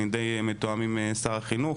אני די מתואם עם שר החינוך,